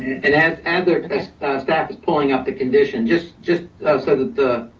and as and the staff is pulling up the condition, just just so that the